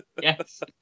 Yes